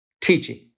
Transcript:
teaching